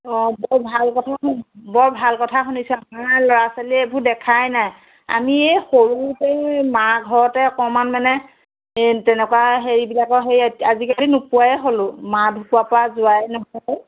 অ বৰ ভাল কথা শুনি বৰ ভাল কথা শুনিছোঁ আমাৰ ল'ৰা ছোৱালীয়ে এইবোৰ দেখাই নাই আমি এই সৰুতে মাৰঘৰতে অকণমান মানে তেনেকুৱা হেৰিবিলাকৰ সেই আজিকালি নোপোৱাই হ'লোঁ মা ঢুকুৱাৰ পৰা যোৱাই নহয় যে